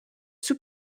sous